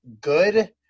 good